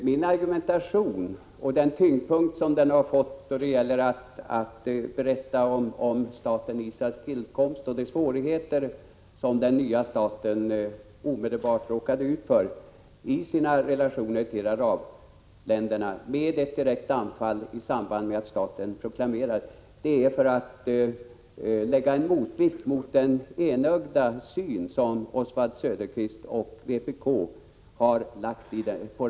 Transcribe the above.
Min argumentation — och den tyngdpunkt som den har fått genom min beskrivning av staten Israels tillkomst och av de svårigheter som den nya staten omedelbart råkade ut för i sina relationer till arabländerna genom det direkta anfallet vid proklamerandet av staten — gick ut på att skapa en motvikt mot den enögda syn som Oswald Söderqvist och vpk har i denna fråga.